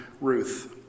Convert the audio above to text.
Ruth